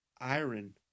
Iron